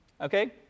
Okay